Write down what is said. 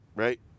Right